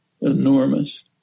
enormous